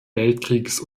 weltkriegs